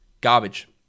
Garbage